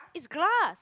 it's glass